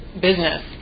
business